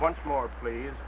once more please